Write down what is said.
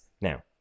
now